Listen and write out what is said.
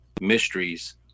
mysteries